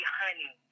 honey